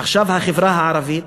עכשיו, החברה הערבית,